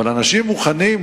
אבל אנשים מוכנים,